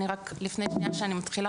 אני רק לפני שאני מתחילה,